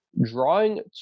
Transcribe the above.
Drawing